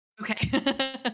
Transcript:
Okay